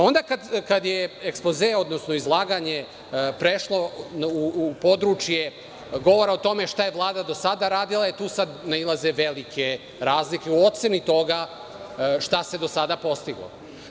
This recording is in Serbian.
Onda kada je ekspoze, odnosno izlaganje prešlo u područje govora o tome šta je Vlada do sada radila, e tu sad nailaze velike razlike u oceni toga šta se do sada postiglo.